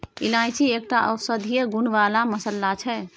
इलायची एकटा औषधीय गुण बला मसल्ला छै